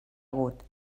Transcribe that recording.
hagut